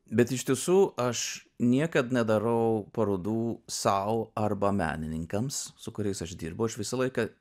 bet iš tiesų aš niekad nedarau parodų sau arba menininkams su kuriais aš dirbu aš visą laiką